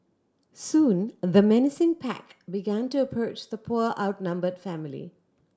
soon the menacing pack began to approach the poor outnumbered family